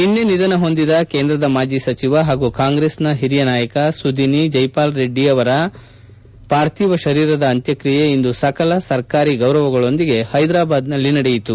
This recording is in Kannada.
ನಿನ್ನೆ ನಿಧನ ಹೊಂದಿದ ಕೇಂದ್ರದ ಮಾಜಿ ಸಚಿವ ಹಾಗೂ ಕಾಂಗ್ರೆಸ್ನ ಹಿರಿಯ ನಾಯಕ ಸುದಿನಿ ಜೈಪಾಲ್ ರೆಡ್ಡಿ ಅವರ ಪಾರ್ಥಿವ ಶರೀರದ ಅಂತ್ಯಕ್ರಿಯೆ ಇಂದು ಸಕಲ ಸರ್ಕಾರಿ ಗೌರವಗಳೊಂದಿಗೆ ಹೈದ್ರಾಬಾದ್ ನಡೆಯಿತು